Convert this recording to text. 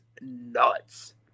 nuts